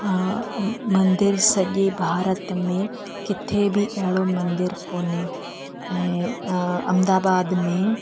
मंदरु सॼे भारत में किथे बि अहिड़ो मंदरु कोन्हे ऐं अहमदाबाद में